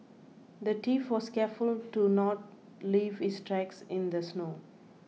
the thief was careful to not leave his tracks in the snow